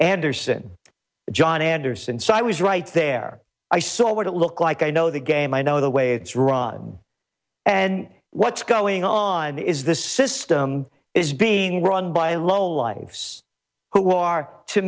anderson john anderson so i was right there i saw what it looked like i know the game i know the way it's wrong and what's going on is this system is being run by lowlifes who are to